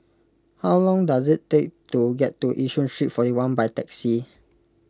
how long does it take to get to Yishun Street forty one by taxi